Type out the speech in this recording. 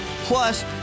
Plus